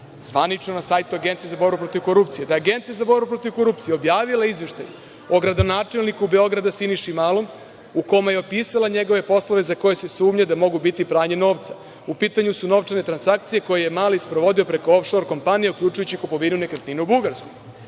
zvanično na sajtu Agencije za borbu protiv korupcije, da je Agencija za borbu protiv korupcije objavila izveštaj o gradonačelniku Beograda Siniši Malom, u kome je opisala njegove poslove za koje se sumnja da mogu biti pranje novca?U pitanju su novčane transakcije, koje je Mali sprovodio preko Of-šor kompanije, uključujući kupovinu nekretnine u Bugarskoj